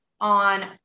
on